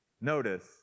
Notice